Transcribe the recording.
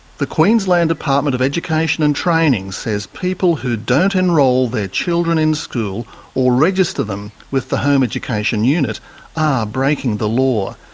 the queensland department of education and training says people who don't enrol their children in school or register them with the home education unit are breaking the law,